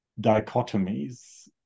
dichotomies